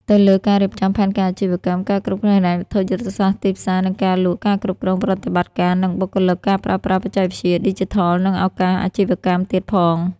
ទៅលើ ការរៀបចំផែនការអាជីវកម្ម ការគ្រប់គ្រងហិរញ្ញវត្ថុ យុទ្ធសាស្ត្រទីផ្សារ និងការលក់ ការគ្រប់គ្រងប្រតិបត្តិការ និងបុគ្គលិក ការប្រើប្រាស់បច្ចេកវិទ្យាឌីជីថល និងឱកាសអាជីវកម្មទៀតផង។